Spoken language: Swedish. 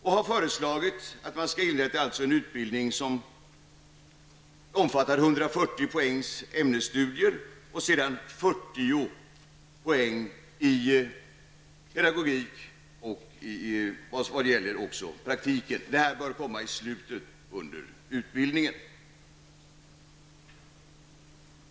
Vi har föreslagit att man skall inrätta en utbildning som omfattar 140 poäng ämnesstudier och sedan 40 poäng pedagogik och praktik. Detta bör ske i slutet av utbildningen.